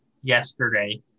yesterday